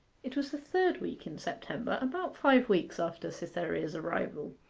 it was the third week in september, about five weeks after cytherea's arrival,